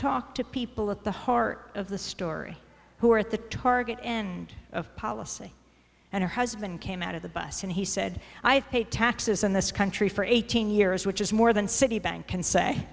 talk to people at the heart of the story who are at the target end of policy and her husband came out of the bus and he said i have paid taxes in this country for eighteen years which is more than citibank can say